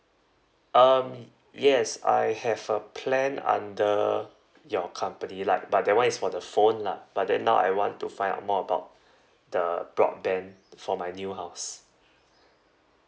um yes I have a plan under your company lah but that [one] is for the phone lah but then now I want to find out more about the broadband for my new house